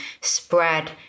spread